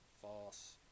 false